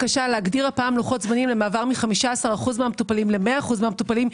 להגדיר לוחות זמנים למעבר מ-15% מהמטופלים ל-100% מהמטופלים.